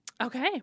Okay